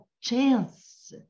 chance